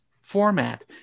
format